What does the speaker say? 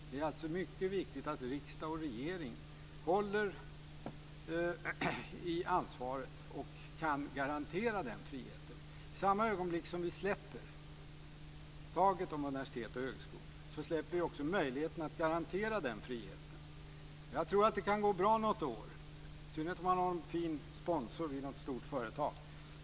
Det är alltså mycket viktigt att riksdag och regering håller i ansvaret och kan garantera den friheten. I samma ögonblick som vi släpper taget om universitet och högskolor släpper vi också möjligheten att garantera friheten. Jag tror att det kan gå bra något år, i synnerhet om man har en fin sponsor vid något stort företag.